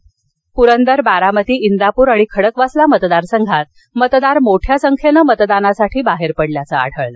तर पुरंदर बारामती इंदापूर आणि खडकवासला मतदारसंघात मतदार मोठ्या संख्येने मतदानासाठी बाहेर पडल्याचं आढळलं